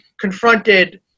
confronted